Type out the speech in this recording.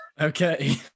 Okay